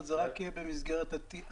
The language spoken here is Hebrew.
זה רק יהיה במסגרת הטבע?